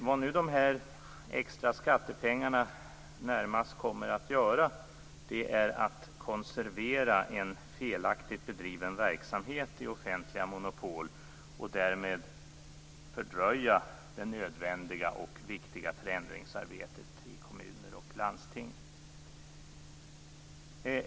Vad nu dessa extra skattepengar närmast kommer att göra är att konservera en felaktigt bedriven verksamhet i offentliga monopol och därmed fördröja det nödvändiga och viktiga förändringsarbetet i kommuner och landsting.